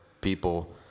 people